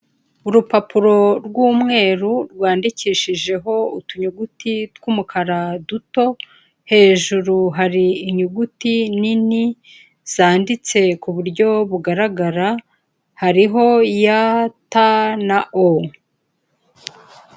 Urupapuro rwumweru rwandikishijeho utuyuguti tw'umukara duto hejuru hari inyuguti nini zanditse kuburyo bugaragara hariho y, t na o.